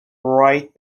right